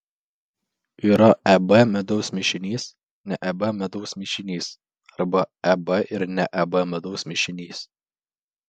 yra eb medaus mišinys ne eb medaus mišinys arba eb ir ne eb medaus mišinys